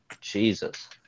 Jesus